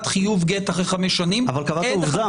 חיוב גט אחרי חמש שנים --- אבל קבעת עובדה,